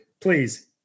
Please